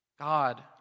God